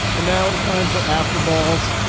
and now it is time for after balls.